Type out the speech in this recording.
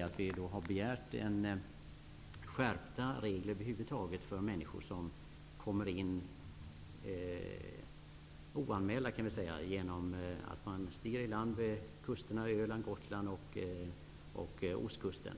har begärt skärpta regler för människor som kommer -- låt oss säga -- oanmälda. De stiger iland på kusterna vid Gotland, Öland och Ostkusten.